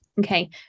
Okay